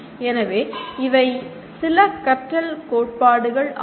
எனவே இவை சில கற்றல் கோட்பாடுகள் ஆகும்